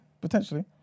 potentially